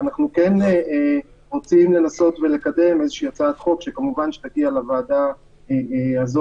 אנחנו כן רוצים לנסות ולקדם איזושהי הצעת חוק שכמובן שתגיע לוועדה הזו